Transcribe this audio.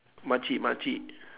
makcik makcik